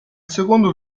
secondo